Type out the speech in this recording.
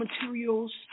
materials